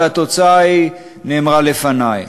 והתוצאה נאמרה לפני.